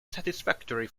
satisfactory